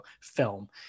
film